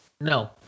No